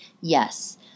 yes